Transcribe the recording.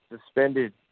suspended